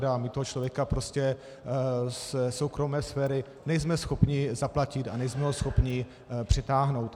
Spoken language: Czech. A my toho člověka prostě ze soukromé sféry nejsme schopni zaplatit a nejsme ho schopni přitáhnout.